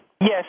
Yes